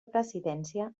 presidència